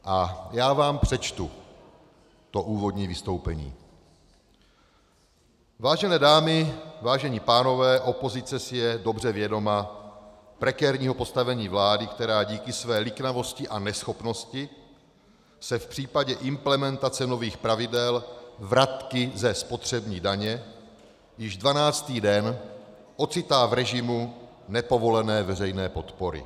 A já vám přečtu to úvodní vystoupení: Vážené dámy, vážení pánové, opozice si je dobře vědoma prekérního postavení vlády, která díky své liknavosti a neschopnosti se v případě implementace nových pravidel, vratky ze spotřební daně, již dvanáctý den ocitá v režimu nepovolené veřejné podpory.